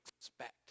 expect